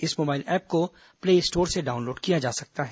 इस mobile app को play store से डाउनलोड किया जा सकता है